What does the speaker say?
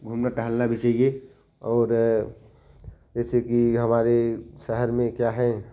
घूमना टहलना भी चाहिए और जैसे कि हमारे शहर में क्या है